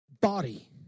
body